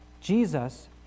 Jesus